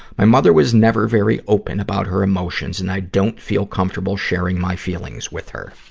my mother was never very open about her emotions, and i don't feel comfortable sharing my feelings with her.